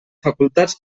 facultats